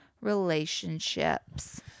relationships